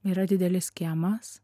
yra didelis kiemas